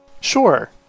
sure